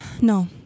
No